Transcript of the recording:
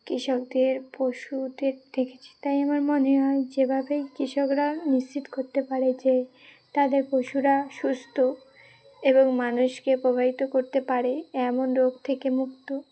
কৃষকদের পশুদের দেখেছি তাই আমার মনে হয় যেভাবেই কৃষকরা নিশ্চিত করতে পারে যে তাদের পশুরা সুস্থ এবং মানুষকে প্রভাবিত করতে পারে এমন রোগ থেকে মুক্ত